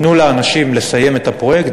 תנו לאנשים לסיים את הפרויקט,